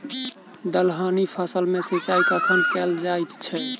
दलहनी फसल मे सिंचाई कखन कैल जाय छै?